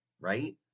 right